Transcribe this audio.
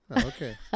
Okay